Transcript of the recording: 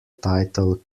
title